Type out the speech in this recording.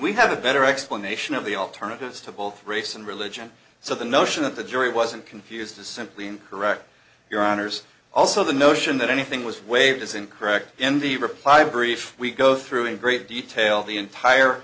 we have a better explanation of the alternatives to both race and religion so the notion that the jury wasn't confused is simply incorrect your honour's also the notion that anything was waived is incorrect in the reply brief we go through in great detail the entire